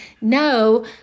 no